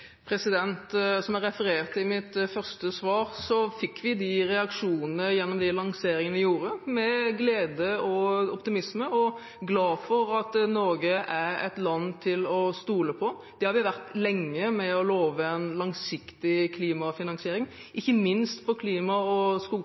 Som jeg refererte til i mitt første svar, var de reaksjonene vi fikk gjennom de lanseringene vi gjorde, glede og optimisme, og en var glad for at Norge er et land til å stole på. Det har vi vært lenge, ved å love en langsiktig klimafinansiering. Ikke minst i klima- og